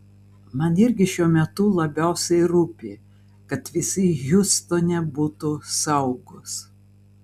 man irgi šiuo metu labiausiai rūpi kad visi hjustone būtų saugūs